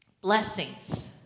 Blessings